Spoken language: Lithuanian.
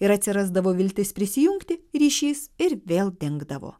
ir atsirasdavo viltis prisijungti ryšys ir vėl dingdavo